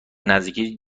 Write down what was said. نزدیکی